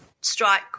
strike